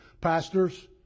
Pastors